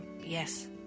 yes